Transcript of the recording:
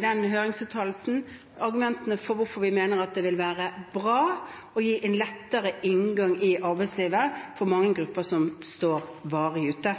den høringsuttalelsen argumentene for hvorfor vi mener at det vil være bra å gi en lettere inngang i arbeidslivet for mange grupper som står varig ute.